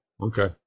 Okay